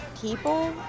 people